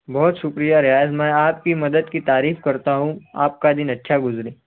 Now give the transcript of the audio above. بہت شکریہ ریاض میں آپ کی مدد کی تعریف کرتا ہوں آپ کا دن اچھا گزرے